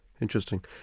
Interesting